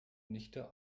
nichte